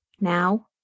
Now